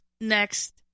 next